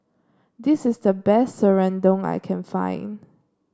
this is the best Serundong I can find